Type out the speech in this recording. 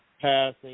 passing